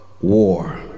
war